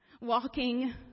walking